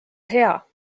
hea